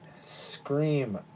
Scream